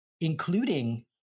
including